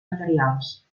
materials